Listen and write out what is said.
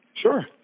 Sure